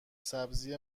سبزی